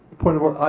point of order.